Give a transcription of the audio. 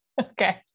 Okay